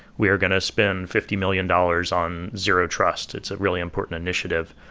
we are going to spend fifty million dollars on zero-trust. it's a really important initiative.